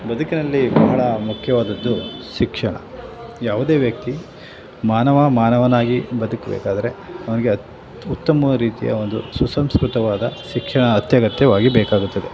ಬದುಕಿನಲ್ಲಿ ಬಹಳ ಮುಖ್ಯವಾದದ್ದು ಶಿಕ್ಷಣ ಯಾವುದೇ ವ್ಯಕ್ತಿ ಮಾನವ ಮಾನವನಾಗಿ ಬದುಕಬೇಕಾದ್ರೆ ಅವನಿಗೆ ಅತಿ ಉತ್ತಮ ರೀತಿಯ ಒಂದು ಸುಸಂಸ್ಕೃತವಾದ ಶಿಕ್ಷಣ ಅತ್ಯಗತ್ಯವಾಗಿ ಬೇಕಾಗುತ್ತದೆ